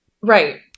Right